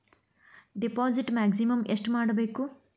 Deposit maximum ಎಷ್ಟು ಮಾಡಬೇಕು?